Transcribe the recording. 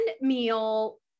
meal